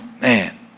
Man